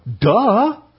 Duh